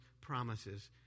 promises